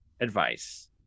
advice